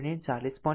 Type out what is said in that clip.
હવે RThevenin 40